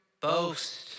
boast